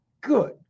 Good